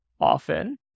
often